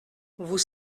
vous